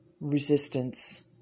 resistance